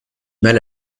mal